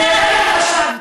לרגע חשבתי,